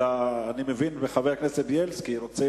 אלא אני מבין מחבר הכנסת בילסקי שהוא רוצה